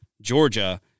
Georgia